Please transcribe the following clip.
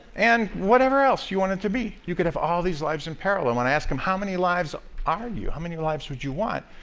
and whatever else you wanted to be. you could have all these lives in parallel. when i ask them, how many lives are and you? how many lives would you want,